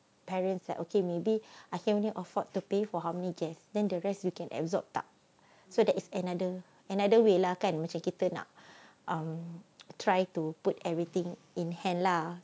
parents like okay maybe I can only afford to pay for how many guest then the rest you can absorb tak so that is another another way lah kan macam kita nak um try to put everything in hand lah